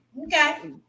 Okay